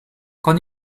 con